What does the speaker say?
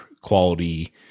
quality